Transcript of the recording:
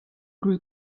grew